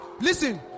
Listen